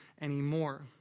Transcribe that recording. anymore